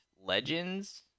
Legends